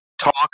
Talk